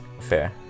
Fair